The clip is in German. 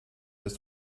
ist